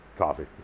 coffee